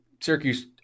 Syracuse